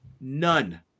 None